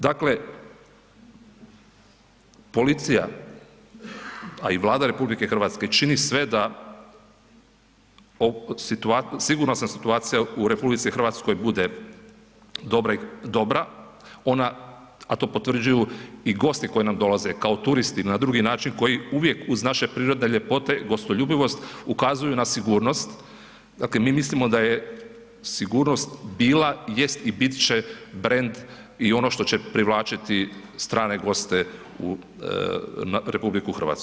Dakle, policija, a i Vlada RH čini sve da sigurnosna situacija u RH bude dobra, a to potvrđuju i gosti koji nam dolaze kao turisti na drugi način koji uvijek uz naše prirodne ljepote, gostoljubivost ukazuju na sigurnost, dakle mi mislimo da je sigurnost bila, jest i bit će brend i ono što će privlačiti strane goste u RH.